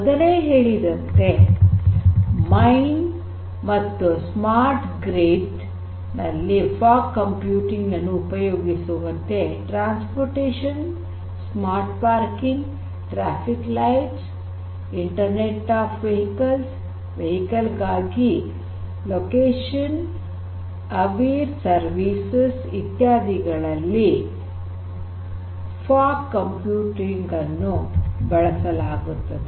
ಮೊದಲೇ ಹೇಳಿದಂತೆ ಮೈನ್ ಮತ್ತು ಸ್ಮಾರ್ಟ್ ಗ್ರಿಡ್ ನಲ್ಲಿ ಫಾಗ್ ಕಂಪ್ಯೂಟಿಂಗ್ ನನ್ನು ಉಪಯೋಗಿಸುವಂತೆ transportation smart parking traffic lights internet of vehicles vehicle ಗಾಗಿ ಲೊಕೇಶನ್ ಅವೇರ್ ಸರ್ವಿಸಸ್ ಇತ್ಯಾದಿಗಳಲ್ಲಿ ಫಾಗ್ ಕಂಪ್ಯೂಟಿಂಗ್ ಅನ್ನು ಬಳಸಲಾಗುತ್ತದೆ